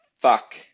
Fuck